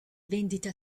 vendite